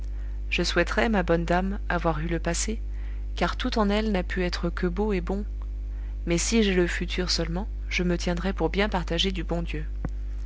je souhaiterais ma bonne dame avoir eu le passé car tout en elle n'a pu être que beau et bon mais si j'ai le futur seulement je me tiendrai pour bien partagé du bon dieu